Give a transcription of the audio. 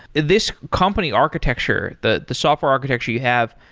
this company architecture, the the software architecture you have,